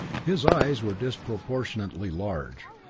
his eyes were disproportionately large,